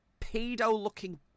pedo-looking